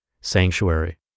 sanctuary